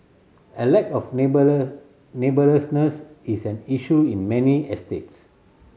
a lack of is an issue in many estates